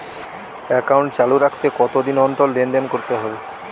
Account চালু রাখতে কতদিন অন্তর লেনদেন করতে হবে?